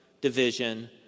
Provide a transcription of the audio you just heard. division